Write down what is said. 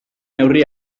neurri